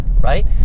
right